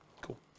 Cool